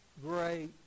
great